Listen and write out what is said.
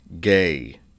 Gay